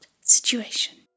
situation